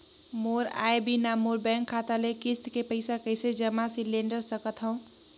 मोर आय बिना मोर बैंक खाता ले किस्त के पईसा कइसे जमा सिलेंडर सकथव?